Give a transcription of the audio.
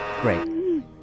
Great